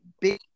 big